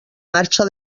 marxa